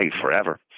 forever